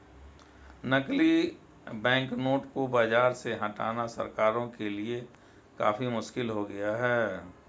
नकली बैंकनोट को बाज़ार से हटाना सरकारों के लिए काफी मुश्किल हो गया है